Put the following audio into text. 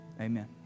amen